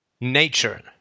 nature